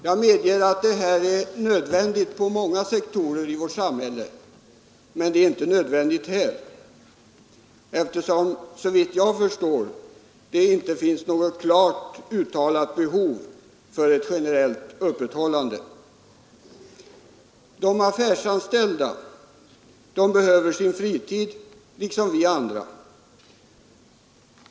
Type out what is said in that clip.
Jag medger att helgarbete är nödvändigt på många sektorer i vårt samhälle, men här är det inte nödvändigt; såvitt jag förstår finns det inget klart uttalat behov av ett generellt söndagsöppethållande. De affärsanställda behöver liksom vi andra sin fritid.